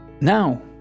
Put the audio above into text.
now